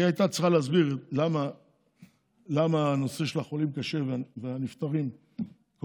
היא הייתה צריכה להסביר למה הנושא של החולים קשה והנפטרים קורה,